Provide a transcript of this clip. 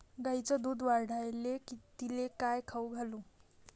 गायीचं दुध वाढवायले तिले काय खाऊ घालू?